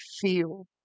feel